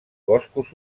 boscos